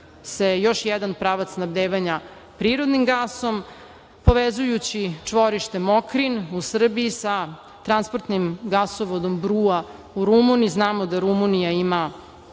se još jedan pravac snabdevanja prirodnim gasom povezujući čvorište Mokrin u Srbiji sa transportnim gasovodom Brua u Rumuniji. Znamo da Rumunija ima